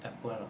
apple lah